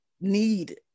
need